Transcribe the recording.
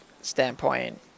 standpoint